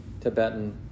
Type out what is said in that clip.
Tibetan